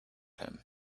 him